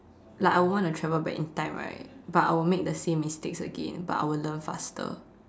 like I want to travel back in time right but I will make the same mistakes again but I will learn faster